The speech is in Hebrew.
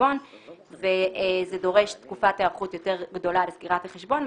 החשבון וזה דורש תקופת היערכות יותר גדולה לסגירת החשבון,